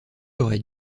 aurait